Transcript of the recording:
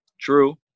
True